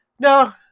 no